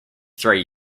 three